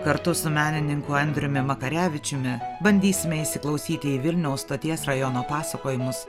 kartu su menininku andriumi makarevičiumi bandysime įsiklausyti į vilniaus stoties rajono pasakojimus